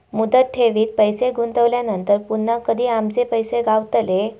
मुदत ठेवीत पैसे गुंतवल्यानंतर पुन्हा कधी आमचे पैसे गावतले?